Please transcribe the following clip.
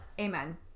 Amen